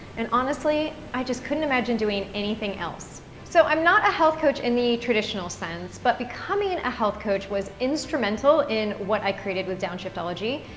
and honestly, i just couldn't imagine doing anything else. so i'm not a health coach in the traditional sense. but becoming and a health coach was instrumental in what i created with downshiftology.